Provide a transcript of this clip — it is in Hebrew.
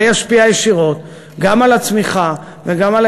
זה ישפיע ישירות גם על הצמיחה וגם על